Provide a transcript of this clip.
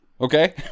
Okay